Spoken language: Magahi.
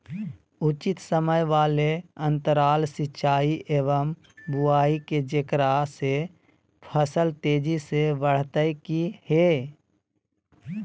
उचित समय वाले अंतराल सिंचाई एवं बुआई के जेकरा से फसल तेजी से बढ़तै कि हेय?